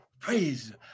Praise